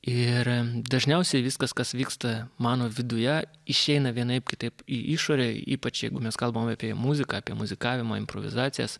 ir dažniausiai viskas kas vyksta mano viduje išeina vienaip kitaip į išorę ypač jeigu mes kalbame apie muziką apie muzikavimą improvizacijas